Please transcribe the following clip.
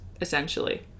essentially